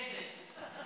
איזה?